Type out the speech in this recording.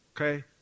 okay